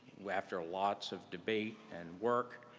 after lots of debate and work,